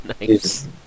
Nice